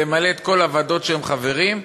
למלא את כל הוועדות שהם חברים בהן,